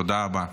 תודה רבה.